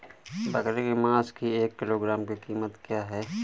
बकरे के मांस की एक किलोग्राम की कीमत क्या है?